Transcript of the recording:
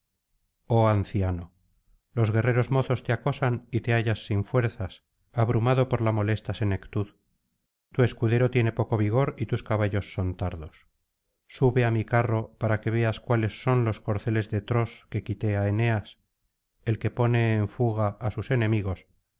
oh anciano los guerreros mozos te acosan y te hallas sin fuerzas abrumado por la molesta senectud tu escudero tiene poco vigor y tus caballos son tardos sube á mi carro para que veas cuáles son los corceles de tros que quité á eneas el que pone en fuga á sus enemigos